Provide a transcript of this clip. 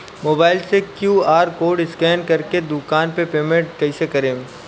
Mobile से QR code scan कर के दुकान मे पेमेंट कईसे करेम?